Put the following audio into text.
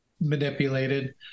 manipulated